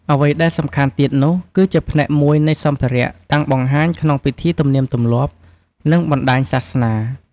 អ្វីដែលសំខាន់ទៀតនោះគឺជាផ្នែកមួយនៃសម្ភារៈតាំងបង្ហាញក្នុងពិធីទំនៀមទម្លាប់ និងបណ្តាញសាសនា។